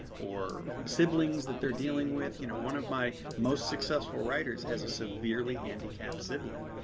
or siblings that they're dealing with. you know one of my most successful writers has a severely handicapped sibling.